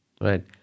Right